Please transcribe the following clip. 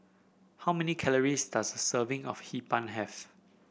how many calories does a serving of Hee Pan have